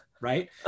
right